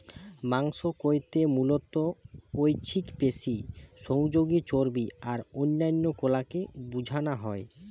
মাংস কইতে মুলত ঐছিক পেশি, সহযোগী চর্বী আর অন্যান্য কলাকে বুঝানা হয়